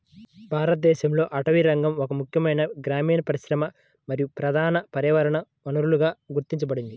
భారతదేశంలో అటవీరంగం ఒక ముఖ్యమైన గ్రామీణ పరిశ్రమ మరియు ప్రధాన పర్యావరణ వనరుగా గుర్తించబడింది